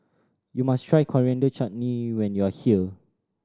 you must try Coriander Chutney when you are here